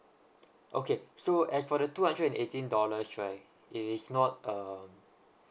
okay so as for the two hundred and eighteen dollars right it is not um